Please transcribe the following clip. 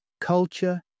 culture